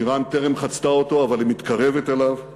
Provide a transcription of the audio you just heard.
איראן טרם חצתה אותו, אבל היא מתקרבת אליו.